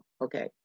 okay